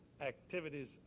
activities